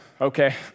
okay